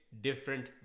different